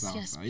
Yes